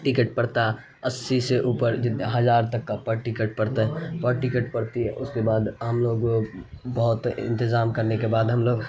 ticket پڑتا اسی سے اوپر جتنے ہزار تک کا پر ٹکٹ پڑتا ہے پر ٹکٹ پڑتی ہے اس کے بعد ہم لوگ بہت انتظام کرنے کے بعد ہم لوگ